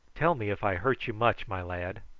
tell me if i hurt you much, my lad.